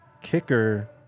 kicker